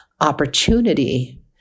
opportunity